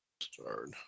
Start